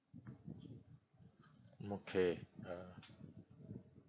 okay uh